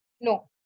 No